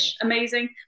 amazing